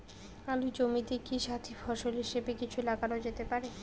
আলুর জমিতে কি সাথি ফসল হিসাবে কিছু লাগানো যেতে পারে?